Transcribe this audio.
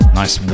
nice